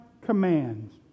commands